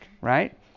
right